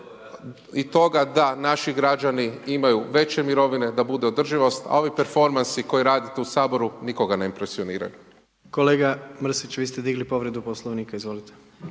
i toga da naši građani imaju veće mirovine, da bude održivost, a ovi performansi koje radite u Saboru nikoga ne impresioniraju. **Jandroković, Gordan (HDZ)** Kolega Mrskić, vis te digli povredu Poslovnika, izvolite.